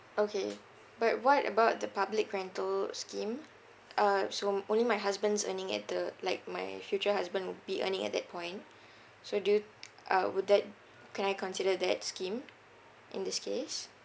okay but what about the public rental scheme uh so only my husband's earning at the like my future husband would be earning at that point so do you uh would that can I consider that scheme in this case